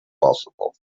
possible